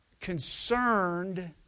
concerned